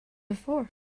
before